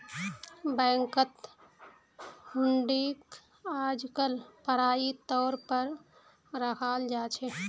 बैंकत हुंडीक आजकल पढ़ाई तौर पर रखाल जा छे